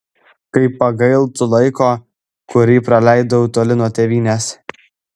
kaip pagailtų laiko kurį praleidau toli nuo tėvynės